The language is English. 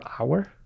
hour